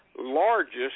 largest